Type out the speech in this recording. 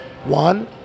One